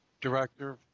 director